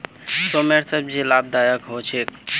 सेमेर सब्जी लाभदायक ह छेक